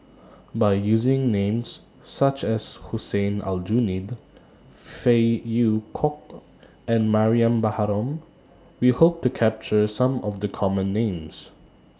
By using Names such as Hussein Aljunied Phey Yew Kok and Mariam Baharom We Hope to capture Some of The Common Names